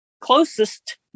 closest